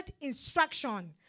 instruction